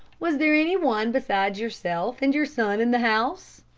was there any one besides yourself and your son in the house?